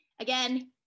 Again